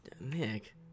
Nick